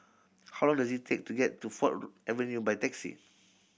how long does it take to get to Ford Avenue by taxi